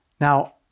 Now